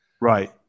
Right